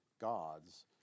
gods